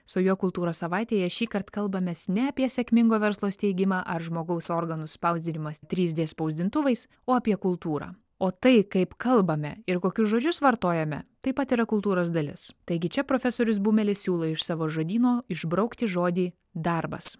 su juo kultūros savaitėje šįkart kalbamės ne apie sėkmingo verslo steigimą ar žmogaus organų spausdinimą trys d spausdintuvais o apie kultūrą o tai kaip kalbame ir kokius žodžius vartojame taip pat yra kultūros dalis taigi čia profesorius bumelis siūlo iš savo žodyno išbraukti žodį darbas